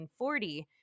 1940